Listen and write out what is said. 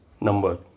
number